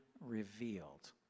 revealed